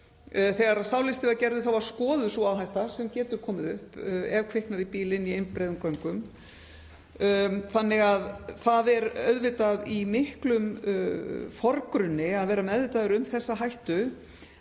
Þegar sá listi var gerður var skoðuð sú áhætta sem getur komið upp ef kviknar í bíl inni í einbreiðum göngum. Það er auðvitað í miklum forgrunni að vera meðvitaður um þessa hættu.